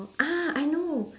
ah I know